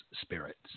spirits